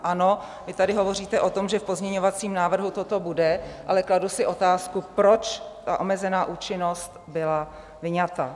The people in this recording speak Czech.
Ano, vy tady hovoříte o tom, že v pozměňovacím návrhu toto bude, ale kladu si otázku, proč ta omezená účinnost byla vyňata?